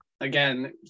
again